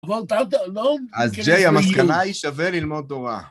אז ג'יי, המסקנה היא שווה ללמוד תורה.